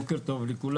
בוקר טוב לכולם.